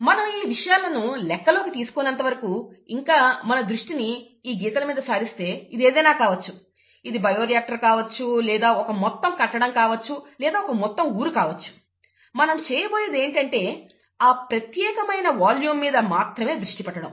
మనం ఈ విషయాలను లెక్కలోకి తీసుకోనంతవరకు ఇంకా మన దృష్టిని ఈ గీతలు మీద సారిస్తే ఇది ఏదైనా కావచ్చు ఇది బయోరియాక్టర్ కావచ్చు లేదా ఒక మొత్తం కట్టడం కావచ్చు లేదా ఒక మొత్తం ఊరు కావచ్చు మనం చేయబోయేది ఏమిటంటే ఆ ప్రత్యేకమైన వాల్యూం మీద మాత్రమే దృష్టి పెట్టడం